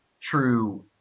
true